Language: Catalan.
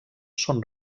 són